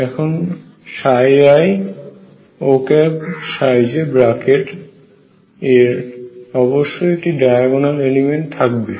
এখন ⟨iÔj⟩ এর অবশ্যই একটি ডায়াগোনাল এলিমেন্ট থাকবে